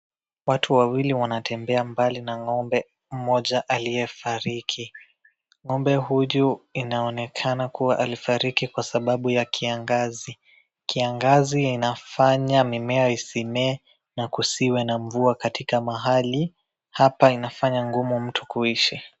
Watu wawili wanatembea mbali na ng`ombe mmoja aliyefariki.Ng`ombe huyu inaonekana kuwa alifariki kwasababu ya kiangazi. Kiangazi inafanya mimea isimee na kusiwe na mvua katika mahali. Hapa inafanya ngumu mtu kuishi.